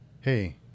Hey